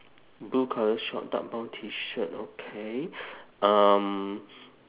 blue colour short dark brown T shirt okay um